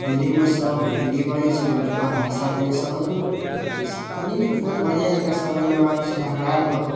दिल्लीमे सब हिन्दी बाजै छलै ओतुका भाषा कनि समझिमे कनि कि बहुत बढ़िआँजकाँ समझिमे आबै छलै हमरा आओरके